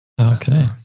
Okay